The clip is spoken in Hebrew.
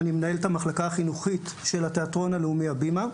ואני מנהל את המחלקה החינוכית של התיאטרון הלאומי הבימה.